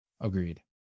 Agreed